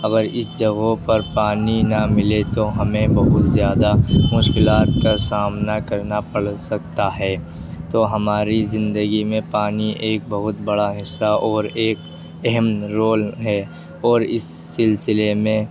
اگر اس جگہوں پر پانی نہ ملے تو ہمیں بہت زیادہ مشکلات کا سامنا کرنا پڑ سکتا ہے تو ہماری زندگی میں پانی ایک بہت بڑا حصہ اور ایک اہم رول ہے اور اس سلسلے میں